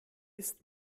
ist